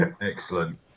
excellent